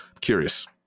Curious